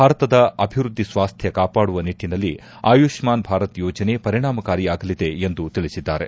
ಭಾರತದ ಅಭಿವೃದ್ದಿ ಸ್ವಾಸ್ಟ್ ಕಾಪಾಡುವ ನಿಟ್ಟಿನಲ್ಲಿ ಆಯುಷ್ಮಾನ್ ಭಾರತ್ ಯೋಜನೆ ಪರಿಣಾಮಕಾರಿಯಾಗಲಿದೆ ಎಂದು ತಿಳಿಸಿದ್ದಾರೆ